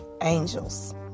angels